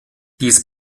dies